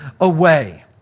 away